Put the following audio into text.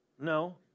No